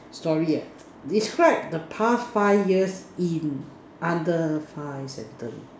story ah describe the past five years in under five sentence